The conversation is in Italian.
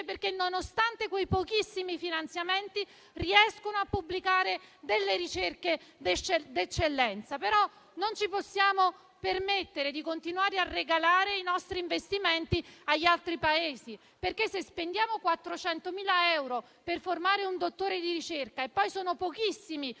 perché, nonostante quei pochissimi finanziamenti, riescono a pubblicare ricerche d'eccellenza. Non ci possiamo permettere però di continuare a regalare i nostri investimenti agli altri Paesi, perché, se spendiamo 400.000 euro per formare un dottore di ricerca e poi sono pochissimi